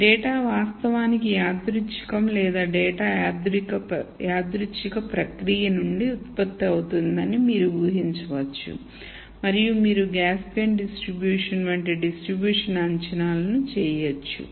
data వాస్తవానికి యాదృచ్ఛికం లేదా డేటా యాదృచ్ఛిక ప్రక్రియ నుండి ఉత్పత్తి అవుతుందని మీరు ఊహించవచ్చు మరియు మీరు గాస్సియన్ distribution వంటి distribution అంచనాలను చేయవచ్చు